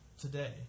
today